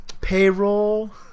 Payroll